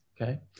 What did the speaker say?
Okay